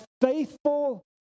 faithful